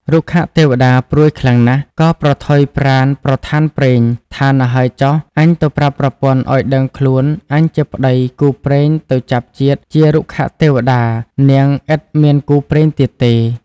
រុក្ខទេវតាព្រួយខ្លាំងណាស់ក៏ ប្រថុយប្រាណប្រថានព្រេងថា ណ្ហើយចុះអញទៅប្រាប់ប្រពន្ធឱ្យដឹងខ្លួនអញជាប្ដីគូព្រេងទៅចាប់ជាតិជា រុក្ខទេវតា នាងឥតមានគូព្រេងទៀតទេ។